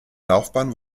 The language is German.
laufbahn